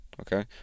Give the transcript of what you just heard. Okay